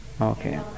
Okay